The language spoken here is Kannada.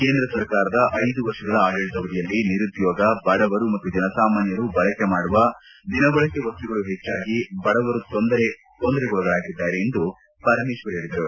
ಕೇಂದ್ರ ಸರ್ಕಾರದ ಐದು ವರ್ಷಗಳ ಆಡಳಿತಾವಧಿಯಲ್ಲಿ ನಿರುದ್ಯೋಗ ಬಡವರು ಮತ್ತು ಜನಸಾಮಾನ್ಯರು ಬಳಕೆ ಮಾಡುವ ದಿನಬಳಕೆ ವಸ್ತುಗಳು ಹೆಚ್ಚಾಗಿ ಬಡವರು ತೊಂದರೆಗೊಳಗಾಗಿದ್ದಾರೆ ಎಂದು ಪರಮೇಶ್ವರ್ ಹೇಳಿದರು